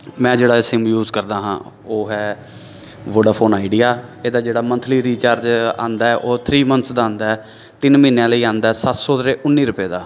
ਮੈਂ ਜਿਹੜਾ ਇਹ ਸਿਮ ਯੂਜ਼ ਕਰਦਾ ਹਾਂ ਉਹ ਹੈ ਵੋਡਾਫੋਨ ਆਈਡੀਆ ਇਹਦਾ ਜਿਹੜਾ ਮੰਥਲੀ ਰੀਚਾਰਜ ਆਉਂਦਾ ਉਹ ਥ੍ਰੀ ਮੰਥਸ ਦਾ ਆਉਂਦਾ ਤਿੰਨ ਮਹੀਨਿਆਂ ਲਈ ਆਉਂਦਾ ਸੱਤ ਸੌ ਰੇ ਉੱਨੀ ਰੁਪਏ ਦਾ